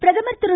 பிரதமர் திரு